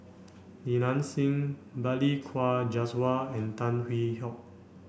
Li Nanxing Balli Kaur Jaswal and Tan Hwee Hock